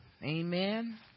Amen